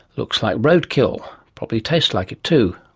looks like road kill, probably tastes like it too,